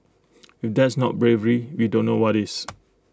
if that's not bravery we don't know what is